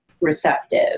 Receptive